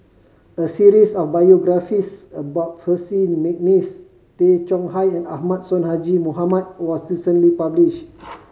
a series of biographies about Percy McNeice Tay Chong Hai and Ahmad Sonhadji Mohamad was recently published